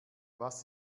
was